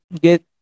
get